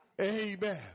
Amen